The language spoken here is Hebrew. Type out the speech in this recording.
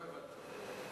לא הבנתי.